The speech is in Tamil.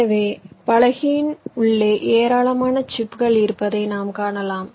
எனவே பலகையின் உள்ளே ஏராளமான சிப்புகள் இருப்பதை நாம் காணலாம்